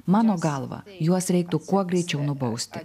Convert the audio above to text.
mano galva juos reiktų kuo greičiau nubausti